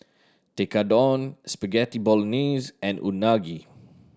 Tekkadon Spaghetti Bolognese and Unagi